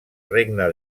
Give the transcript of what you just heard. regne